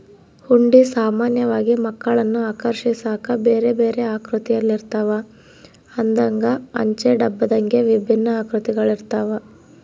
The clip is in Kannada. ಹುಂಡಿ ಸಾಮಾನ್ಯವಾಗಿ ಮಕ್ಕಳನ್ನು ಆಕರ್ಷಿಸಾಕ ಬೇರೆಬೇರೆ ಆಕೃತಿಯಲ್ಲಿರುತ್ತವ, ಹಂದೆಂಗ, ಅಂಚೆ ಡಬ್ಬದಂಗೆ ವಿಭಿನ್ನ ಆಕೃತಿಗಳಿರ್ತವ